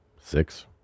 six